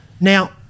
Now